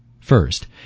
First